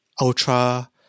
ultra